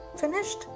Finished